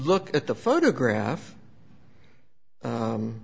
look at the photograph